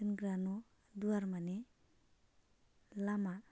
दोनग्रा न' दुवार माने लामा